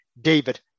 David